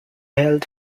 held